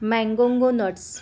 mango nuts